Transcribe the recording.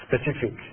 specific